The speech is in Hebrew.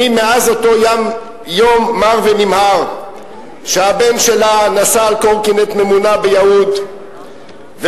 מאז אותו יום מר ונמהר שהבן שלה נסע על קורקינט ממונע ביהוד ונדרס,